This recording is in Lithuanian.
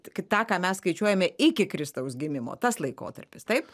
tą ką mes skaičiuojame iki kristaus gimimo tas laikotarpis taip